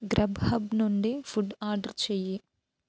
Grubhub food ఫుడ్ ఆర్డర్ చెయ్యి